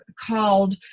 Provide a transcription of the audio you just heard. called